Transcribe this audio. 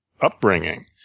upbringing